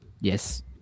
yes